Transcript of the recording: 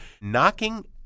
knocking